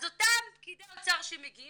אז אותם פקידי אוצר שמגיעים